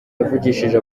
yavugishije